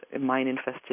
mine-infested